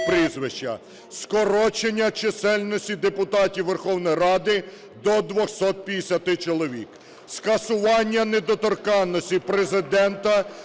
прізвища; скорочення чисельності депутатів Верховної Ради до 250 чоловік; скасування недоторканності Президента,